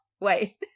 Wait